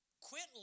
quit